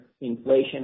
inflation